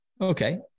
Okay